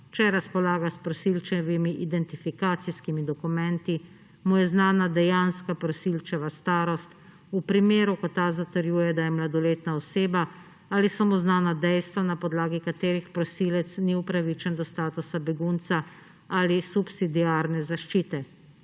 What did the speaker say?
Če razpolaga s prosilčevimi identifikacijskimi dokumenti, mu je znana dejanska prosilčeva starost v primeru, ko ta zatrjuje, da je mladoletna oseba, ali so mu znana dejstva, na podlagi katerih prosilec ni upravičen do statusa begunca ali subsidiarne zaščite